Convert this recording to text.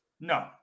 No